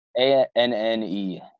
A-N-N-E